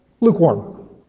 Lukewarm